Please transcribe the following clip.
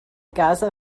gaza